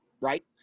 right